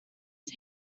his